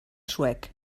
suec